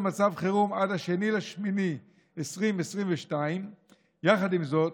מצב חירום עד 2 באוגוסט 2022. יחד עם זאת,